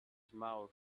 mouth